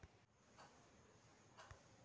Sprinkler నీటిపారుదల మిరపకు మంచిదా?